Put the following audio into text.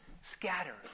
scattered